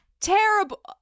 Terrible